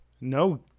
no